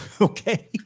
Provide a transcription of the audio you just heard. Okay